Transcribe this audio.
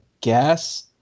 guess